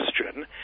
question